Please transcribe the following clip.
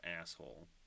asshole